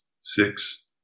Six